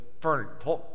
furniture